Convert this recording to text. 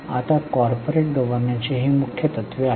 आता कॉर्पोरेट गव्हर्नन्सची ही मुख्य तत्त्वे आहेत